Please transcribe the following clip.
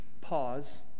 pause